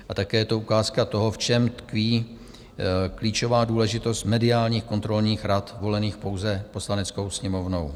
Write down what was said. A také je to ukázka toho, v čem tkví klíčová důležitost mediálních kontrolních rad volených pouze Poslaneckou sněmovnou.